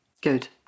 good